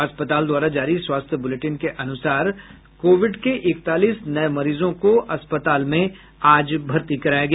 अस्पताल द्वारा जारी स्वास्थ्य बुलेटिन के अनुसार आज कोविड के इकतालीस नये मरीजों को अस्पताल में भर्ती कराया गया